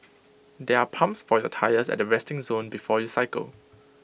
there are pumps for your tyres at the resting zone before you cycle